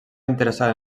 interessada